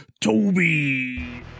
Toby